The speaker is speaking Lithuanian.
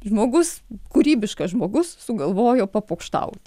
žmogus kūrybiškas žmogus sugalvojo papokštauti